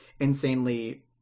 insanely